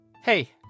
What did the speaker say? hey